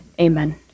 Amen